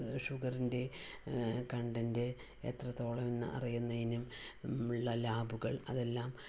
ഷുഗറിൻ്റെ കണ്ടന്റ് എത്രത്തോളം എന്ന് അറിയുന്നതിനും ഉള്ള ലാബുകൾ അതെല്ലാം